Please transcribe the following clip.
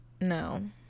no